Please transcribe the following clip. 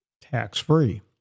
tax-free